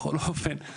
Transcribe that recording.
בכל אופן.